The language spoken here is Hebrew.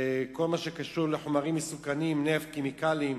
כל מה שקשור לחומרים מסוכנים, נפט, כימיקלים,